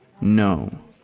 No